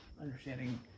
understanding